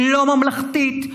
לא ממלכתית,